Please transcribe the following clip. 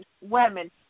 women